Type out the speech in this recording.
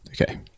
Okay